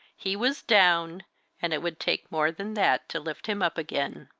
he was down and it would take more than that to lift him up again.